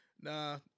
Nah